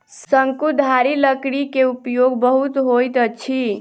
शंकुधारी लकड़ी के उपयोग बहुत होइत अछि